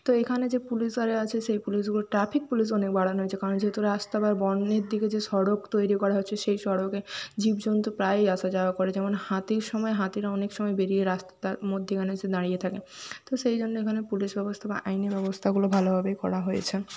তো এখানে যে পুলিশওয়ালারা আছে সেই পুলিশগুলো ট্রাফিক পুলিশ অনেক বাড়ানো হয়েছে কারণ যেহেতু রাস্তাঘাট বনের দিকে যে সড়ক তৈরি করা হয়েছে সেই সড়কে জীবজন্তু প্রায়ই আসা যাওয়া করে যেমন হাতির সময় হাতিরা অনেক সময় বেরিয়ে রাস্তার মধ্যখানে এসে দাঁড়িয়ে থাকে তো সেই জন্য এখানে পুলিশ ব্যবস্থা বা আইনি ব্যবস্থাগুলো ভালোভাবেই করা হয়েছে